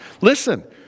Listen